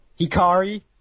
Hikari